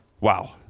Wow